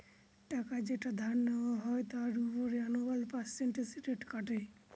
টাকা যেটা ধার নেওয়া হয় তার উপর অ্যানুয়াল পার্সেন্টেজ রেট কাটে